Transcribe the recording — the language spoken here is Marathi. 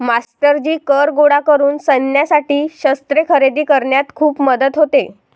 मास्टरजी कर गोळा करून सैन्यासाठी शस्त्रे खरेदी करण्यात खूप मदत होते